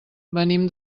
venim